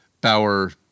Bauer